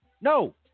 no